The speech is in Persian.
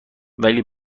ولی